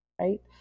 right